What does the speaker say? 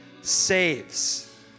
saves